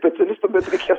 specialistų bet reikės